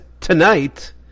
tonight